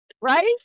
right